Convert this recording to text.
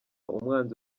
umwanzi